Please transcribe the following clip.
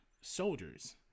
soldiers